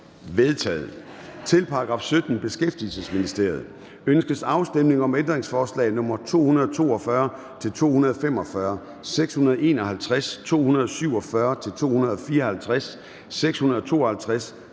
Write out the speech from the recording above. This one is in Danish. vedtaget. Til § 17. Beskæftigelsesministeriet. Ønskes afstemning om ændringsforslag nr. 242-245, 651, 247-254, 652,